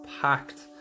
packed